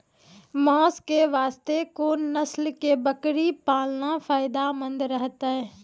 मांस के वास्ते कोंन नस्ल के बकरी पालना फायदे मंद रहतै?